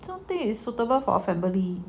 don't think is suitable for family